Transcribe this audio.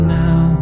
now